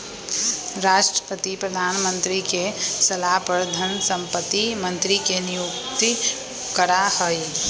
राष्ट्रपति प्रधानमंत्री के सलाह पर धन संपत्ति मंत्री के नियुक्त करा हई